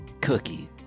cookie